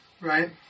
right